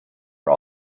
are